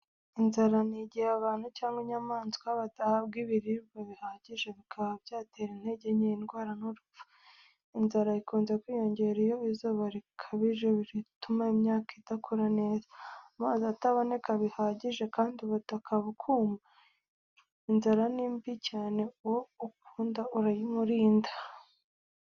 Inzara ni igihe abantu cyangwa inyamaswa badahabwa ibiribwa bihagije, bikaba byatera intege nke, indwara n’urupfu. Inzara ikunze kwiyongera iyo izuba rikabije rituma imyaka idakura neza, amazi ataboneka bihagije, kandi ubutaka bukuma. Inzara ni mbi cyane uwo ukunda urayimurinda.